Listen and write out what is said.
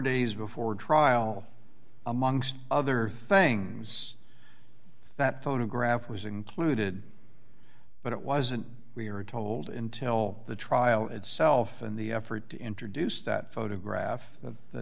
days before trial amongst other things that photograph was included but it wasn't we were told until the trial itself and the effort to introduce that photograph